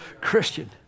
Christian